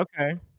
Okay